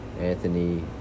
Anthony